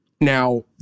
Now